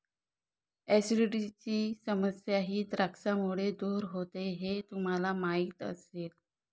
ऍसिडिटीची समस्याही द्राक्षांमुळे दूर होते हे तुम्हाला माहिती असेल